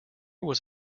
was